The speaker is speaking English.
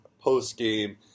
post-game